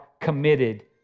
committed